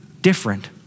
different